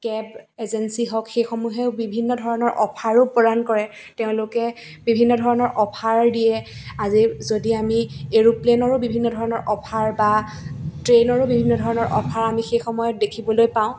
cab agency হওক সেইসমূহেও বিভিন্ন ধৰণৰ অফাৰো প্ৰদান কৰে তেওঁলোকে বিভিন্ন ধৰণৰ অফাৰ দিয়ে আজি যদি আমি এৰোপ্লেনৰো বিভিন্ন ধৰণৰ অফাৰ বা ট্ৰেইনৰো বিভিন্ন ধৰণৰ অফাৰ আমি সেই সময়ত দেখিবলৈ পাওঁ